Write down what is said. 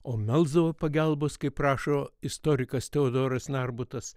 o melsdavo pagalbos kaip rašo istorikas teodoras narbutas